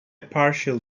partial